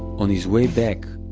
on his way back,